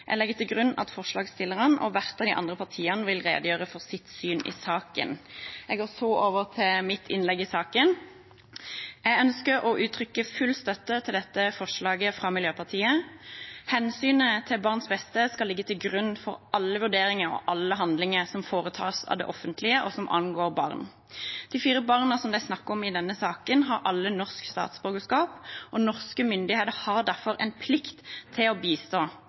Jeg legger til grunn at forslagsstillerne og hvert av de andre partiene vil redegjøre for sitt syn i saken. Jeg går så over til mitt innlegg i saken. Jeg ønsker å uttrykke full støtte til dette forslaget fra Miljøpartiet. Hensynet til barns beste skal ligge til grunn for alle vurderinger og alle handlinger som foretas av det offentlige, og som angår barn. De fire barna som det er snakk om i denne saken, har alle norsk statsborgerskap, og norske myndigheter har derfor en plikt til å bistå,